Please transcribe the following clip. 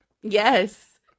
Yes